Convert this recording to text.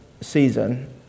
season